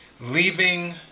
Leaving